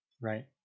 right